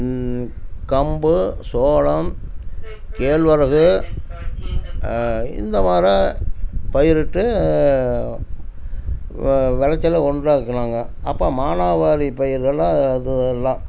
கம்பு சோளம் கேழ்வரகு இந்த மாரி பயிரிட்டு விளைச்சல உண்டாக்கினாங்க அப்போ மானாவாரி பயிர்களை அது எல்லாம்